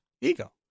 Ego